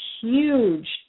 huge